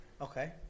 Okay